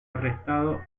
arrestado